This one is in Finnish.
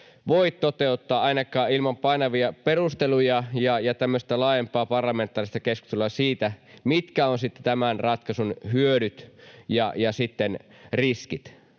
voi toteuttaa, ainakaan ilman painavia perusteluja ja tämmöistä laajempaa parlamentaarista keskustelua siitä, mitkä ovat sitten tämän ratkaisun hyödyt ja riskit.